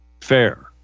fair